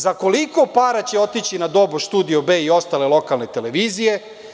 Za koliko para će otići na doboš Studio B i ostale lokalne televizije?